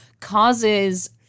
causes